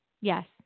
Yes